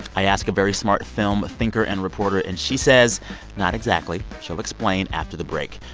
i ask a very smart film thinker and reporter. and she says not exactly. she'll explain after the break.